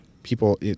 people